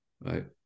right